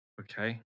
Okay